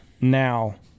now